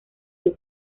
del